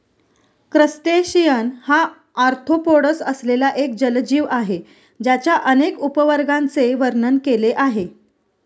crustacean हा arthropods असलेला एक जलजीव आहे ज्याच्या अनेक उपवर्गांचे वर्णन केले आहे